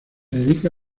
dedica